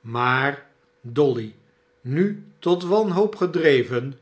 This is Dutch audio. maar dolly nu tot wanhoop gedreven